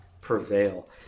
prevail